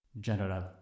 General